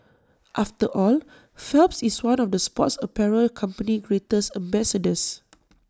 after all Phelps is one of the sports apparel company's greatest ambassadors